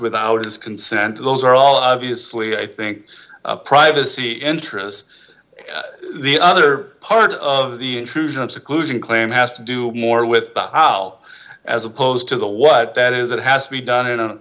without his consent to those are all obviously i think privacy interest the other part of the intrusion of seclusion claim has to do more with the aisle as opposed to the what that is it has to be done in a